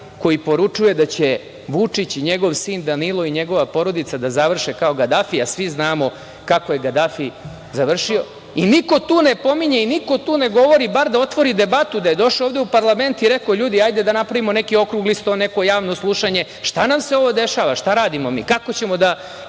koji poručuje da će Vučić i njegov sin Danilo i njegova porodica da završe kao Gadafi, a svi znamo kako je Gadafi završio. Niko tu ne pominje i niko tu ne govori, bar da otvori debatu, da je došao ovde u parlament i rekao – ljudi, hajde da napravimo neki okrugli sto, neko javno slušanje, šta nam se ovo dešava, šta radimo mi, kako ćete da